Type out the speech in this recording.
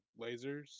lasers